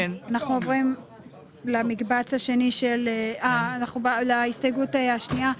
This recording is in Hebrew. אנחנו עוברים למקבץ השני, להסתייגות השנייה.